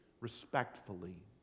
respectfully